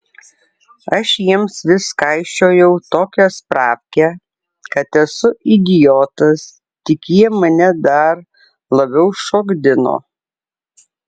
aš jiems vis kaišiojau tokią spravkę kad esu idiotas tik jie mane dar labiau šokdino